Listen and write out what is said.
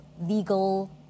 legal